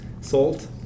Salt